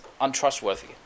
untrustworthy